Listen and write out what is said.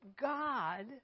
God